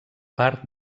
part